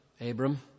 Abram